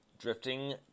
Drifting